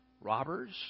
Robbers